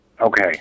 Okay